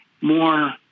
more